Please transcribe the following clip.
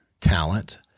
talent